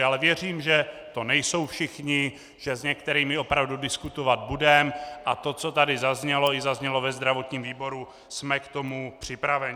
Ale věřím, že to nejsou všichni, že s některými opravdu diskutovat budeme, a to, co tady zaznělo, i zaznělo ve zdravotním výboru, jsme k tomu připraveni.